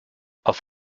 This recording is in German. auf